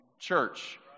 church